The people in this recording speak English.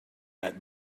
that